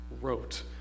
wrote